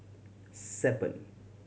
seven